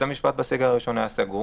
בסגר הראשון בית המשפט היה סגור